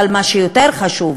אבל מה שיותר חשוב,